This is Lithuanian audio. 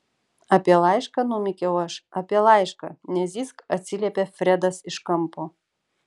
apie laišką numykiau aš apie laišką nezyzk atsiliepė fredas iš kampo